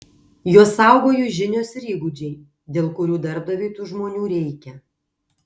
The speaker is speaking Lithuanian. juos saugo jų žinios ir įgūdžiai dėl kurių darbdaviui tų žmonių reikia